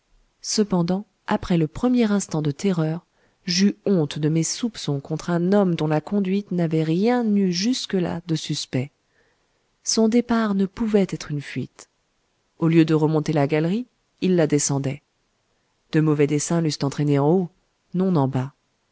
cependant après le premier instant de terreur j'eus honte de mes soupçons contre un homme dont la conduite n'avait rien eu jusque-là de suspect son départ ne pouvait être une fuite au lieu de remonter la galerie il la descendait de mauvais desseins l'eussent entraîné en haut non en bas